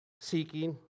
Seeking